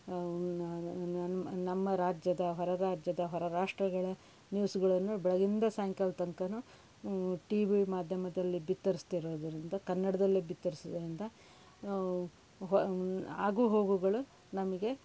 ನಮ್ಮ ನಮ್ಮ ರಾಜ್ಯದ ಹೊರ ರಾಜ್ಯದ ಹೊರ ರಾಷ್ಟ್ರಗಳ ನ್ಯೂಸುಗಳನ್ನು ಬೆಳಗಿಂದ ಸಾಯಂಕಾಲದ ತನಕನು ಒನು ಟಿ ವಿ ಮಾಧ್ಯಮದಲ್ಲಿ ಬಿತ್ತರಿಸ್ತಿರೋದ್ರಿಂದ ಕನ್ನಡದಲ್ಲಿ ಬಿತ್ತರಿಸ್ತೀರೋದ್ರಿಂದ ಆಗುಹೋಗುಗಳು ನಮಗೆ